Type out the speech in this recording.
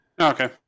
Okay